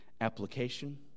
Application